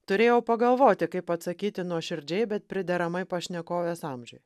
turėjau pagalvoti kaip atsakyti nuoširdžiai bet prideramai pašnekovės amžiui